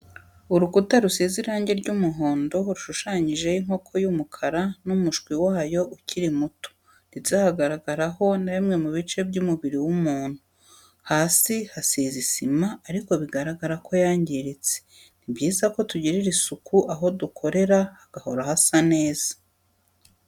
Urukuta rusize irangi ry'umuhondo rushushanyijeho inkoko y'umukara n'umushwi wayo ukiri muto, ndetse hagaragaraho na bimwe mu bice by'umubiri w'umuntu, hasi hasize isima ariko bigaragara ko yangiritse, ni byiza ko tugirira isuku aho dukorera hagahora hasa neza.